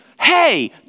hey